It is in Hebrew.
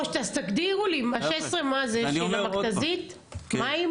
אז תגדירו לי, 16 מה זה, של המכת"זית, מים?